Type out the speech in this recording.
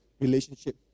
relationship